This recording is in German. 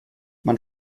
man